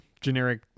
generic